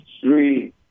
three